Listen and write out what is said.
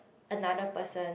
another person